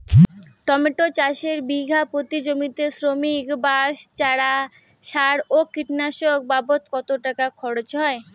Tomato চাষে বিঘা প্রতি জমিতে শ্রমিক, বাঁশ, চারা, সার ও কীটনাশক বাবদ কত টাকা খরচ হয়?